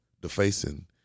defacing